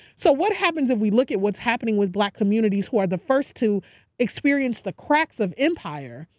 so what happens if we look at what's happening with black communities who are the first to experience the cracks of empire,